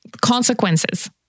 consequences